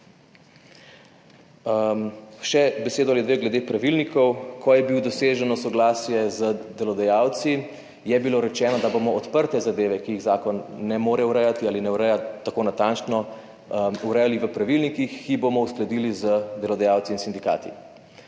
Še besedo ali dve glede pravilnikov. Ko je bilo doseženo soglasje z delodajalci, je bilo rečeno, da bomo odprte zadeve, ki jih zakon ne more urejati ali ne ureja tako natančno, urejali v pravilnikih, ki jih bomo uskladili z delodajalci in sindikati.